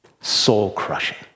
soul-crushing